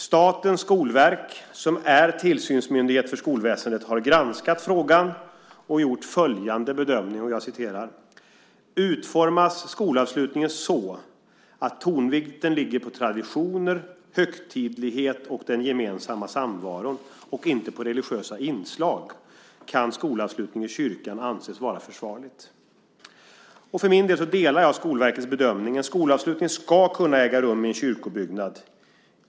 Statens skolverk, som är tillsynsmyndighet för skolväsendet, har granskat frågan och gjort följande bedömning: "Utformas skolavslutningen så att tonvikten ligger på traditioner, högtidlighet och den gemensamma samvaron, och inte på religiösa inslag, kan skolavslutning i kyrkan anses vara försvarligt." Jag delar Skolverkets bedömning. En skolavslutning ska kunna äga rum i en kyrkobyggnad.